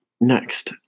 next